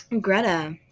Greta